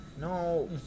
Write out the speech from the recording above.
No